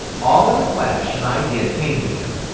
all in a flash an idea came to him,